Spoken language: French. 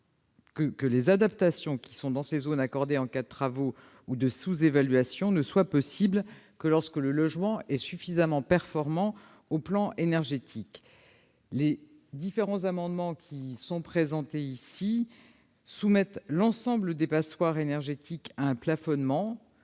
que les adaptations qui sont accordées dans ces zones en cas de travaux ou de sous-évaluation ne soient possibles que lorsque le logement est suffisamment performant d'un point de vue énergétique. Les différents amendements qui sont présentés ici visent à soumettre l'ensemble des passoires énergétiques à un plafonnement